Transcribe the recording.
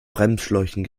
bremsschläuchen